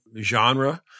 genre